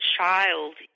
child